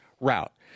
route